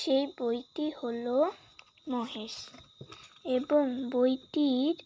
সেই বইটি হলো মহেশ এবং বইটির